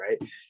right